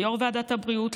ליו"ר ועדת הבריאות,